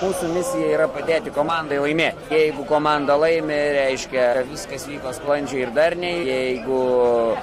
mūsų misija yra padėti komandai laimėt jeigu komanda laimi reiškia viskas vyko sklandžiai ir darniai jeigu